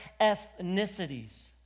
ethnicities